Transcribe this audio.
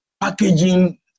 packaging